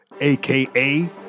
aka